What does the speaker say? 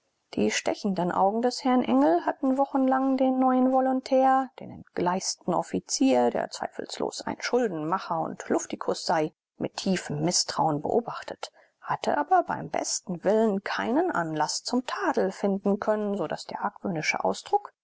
die stechenden augen des herrn engel hatten wochenlang den neuen volontär den entgleisten offizier der zweifellos ein schuldenmacher und luftikus sei mit tiefem mißtrauen beobachtet hatten aber beim besten willen keinen anlaß zum tadel finden können so daß der argwöhnische ausdruck